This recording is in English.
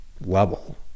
level